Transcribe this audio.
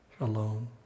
alone